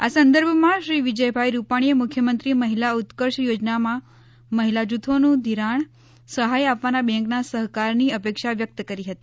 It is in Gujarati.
આ સંદર્ભમાં શ્રી વિજયભાઈ રૂપાણીએ મુખ્યમંત્રી મહિલા ઉત્કર્ષ યોજનામાં મહિલા જૂથોને ઘિરાણ સહાય આપવામાં બેંકના સહકારની અપેક્ષા વ્યક્ત કરી હતી